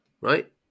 right